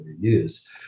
use